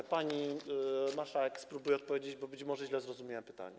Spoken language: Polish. A pani marszałek spróbuję odpowiedzieć, bo być może źle zrozumiałem pytanie.